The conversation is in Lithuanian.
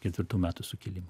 ketvirtų metų sukilimą